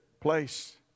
place